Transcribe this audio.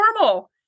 normal